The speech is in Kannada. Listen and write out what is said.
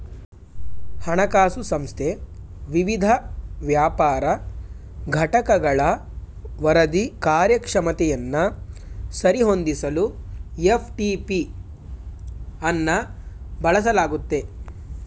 ಹಣಕಾಸು ಸಂಸ್ಥೆ ವಿವಿಧ ವ್ಯಾಪಾರ ಘಟಕಗಳ ವರದಿ ಕಾರ್ಯಕ್ಷಮತೆಯನ್ನ ಸರಿ ಹೊಂದಿಸಲು ಎಫ್.ಟಿ.ಪಿ ಅನ್ನ ಬಳಸಲಾಗುತ್ತೆ